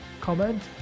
comment